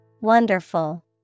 Wonderful